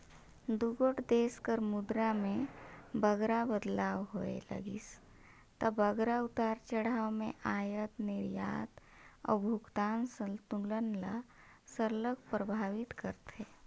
दुगोट देस कर मुद्रा में बगरा बदलाव होए लगिस ता बगरा उतार चढ़ाव में अयात निरयात अउ भुगतान संतुलन ल सरलग परभावित करथे